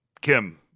Kim